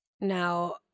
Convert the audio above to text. Now